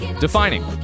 defining